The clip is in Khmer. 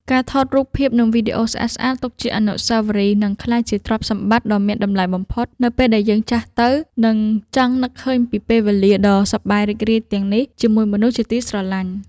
ការថតរូបភាព និង វីដេអូស្អាតៗទុកជាអនុស្សាវរីយ៍នឹងក្លាយជាទ្រព្យសម្បត្តិដ៏មានតម្លៃបំផុតនៅពេលដែលយើងចាស់ទៅ និង ចង់នឹកឃើញពីពេលវេលាដ៏សប្បាយរីករាយទាំងនេះជាមួយមនុស្សជាទីស្រឡាញ់។